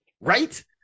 Right